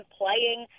playing